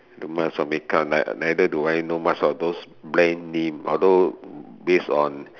do much of makeup neither do I know much of those brand name although based on